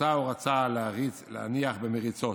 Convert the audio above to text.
שאותה הוא רצה להניח במריצות.